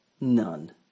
none